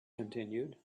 continued